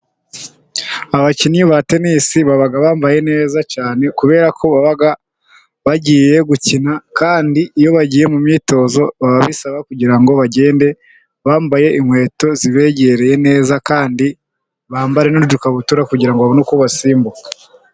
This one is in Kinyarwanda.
Abakinnyi ba tenisi baba bambaye neza cyane, kubera ko baba bagiye gukina kandi iyo bagiye mu myitozo, biba bisaba kugira ngo bagende bambaye, inkweto zibegereye neza kandi bambare n'udukabutura, kugira ngo babone uko basimbuka.